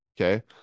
Okay